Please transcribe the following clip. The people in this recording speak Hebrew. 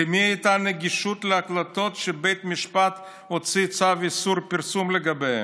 למי הייתה גישה להקלטות שבית המשפט הוציא צו איסור פרסום לגביהן?